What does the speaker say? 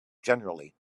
generally